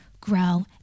grow